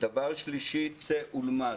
דבר שלישי צא ולמד.